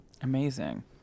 Amazing